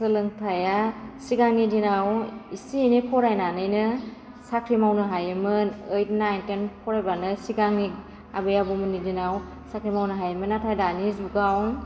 सोलोंथाइआ सिगांनि दिनाव इसे एनै फरायनानैनो साख्रि मावनो हायोमोन ओइट नाइन टेन फरायबानो सिगांनि आबै आबौमोननि दिनाव साख्रि मावनो हायोमोन नाथाइ दानि जुगाव